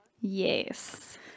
Yes